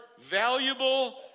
Valuable